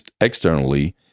externally